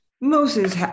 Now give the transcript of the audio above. Moses